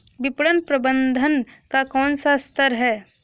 विपणन प्रबंधन का कौन सा स्तर है?